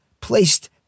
placed